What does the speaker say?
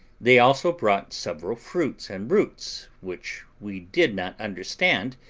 they also brought several fruits and roots, which we did not understand,